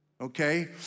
Okay